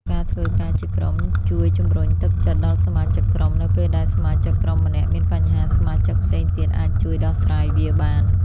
ការធ្វើការជាក្រុមជួយជំរុញទឹកចិត្តដល់សមាជិកក្រុម នៅពេលដែលសមាជិកក្រុមម្នាក់មានបញ្ហា សមាជិកផ្សេងទៀតអាចជួយដោះស្រាយវាបាន។